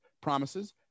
promises